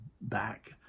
back